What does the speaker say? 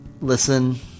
Listen